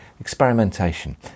experimentation